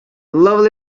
lovely